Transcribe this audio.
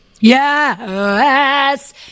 Yes